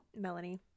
Melanie